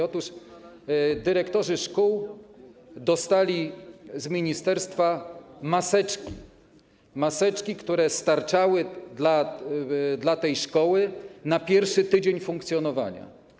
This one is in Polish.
Otóż dyrektorzy szkół dostali z ministerstwa maseczki, które starczały dla szkoły na pierwszy tydzień funkcjonowania.